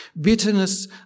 Bitterness